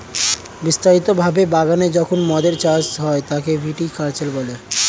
বিস্তারিত ভাবে বাগানে যখন মদের চাষ হয় তাকে ভিটি কালচার বলে